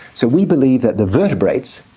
so we believe that the vertebrates,